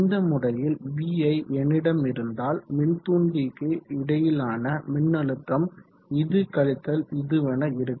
இந்த முறையில் vi என்னிடம் இருந்தால் மின்தூண்டிக்கு இடையிலான மின்னழுத்தம் இது கழித்தல் இதுவென இருக்கும்